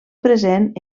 present